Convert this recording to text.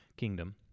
kingdom